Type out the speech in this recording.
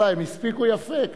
הם הספיקו יפה.